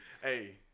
Hey